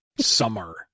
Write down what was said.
summer